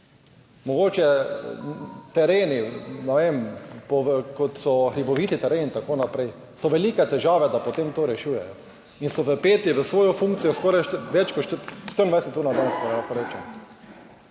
mogoče tereni, ne vem, kot so hribovit teren in tako naprej, so velike težave, da potem to rešujejo in so vpeti v svojo funkcijo skoraj več kot 24 ur na dan, lahko rečem.